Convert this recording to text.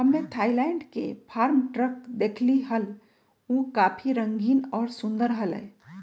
हम्मे थायलैंड के farm truck देखली हल, ऊ काफी रंगीन और सुंदर हलय